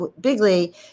bigly